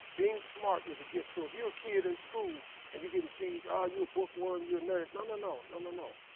being smart is a gift, so, if you a kid in school and you getting teased, oh, you a bookworm, you a nerd, no, no, no, no, no, no.